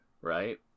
right